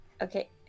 okay